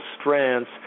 strands